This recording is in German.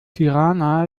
tirana